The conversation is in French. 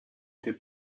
était